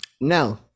No